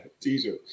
teaser